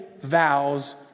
vows